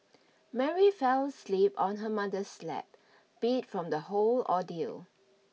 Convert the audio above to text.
Mary fell asleep on her mother's lap beat from the whole ordeal